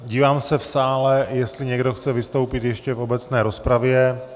Dívám se v sále, jestli někdo chce vystoupit ještě v obecné rozpravě.